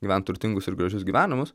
gyvent turtingus ir gražius gyvenimus